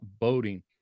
boating